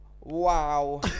wow